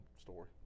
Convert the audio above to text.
story